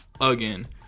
again